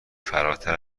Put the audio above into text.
فراتر